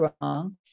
wrong